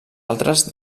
altres